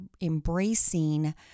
embracing